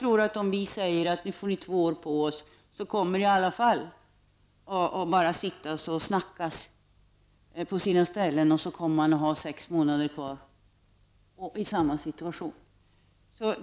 Om vi säger att man får två år på sig, kommer i alla fall att på sina ställen sitta och prata tills man har sex månader kvar, och då kommer man i samma situation.